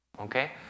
Okay